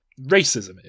racism